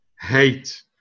hate